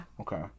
Okay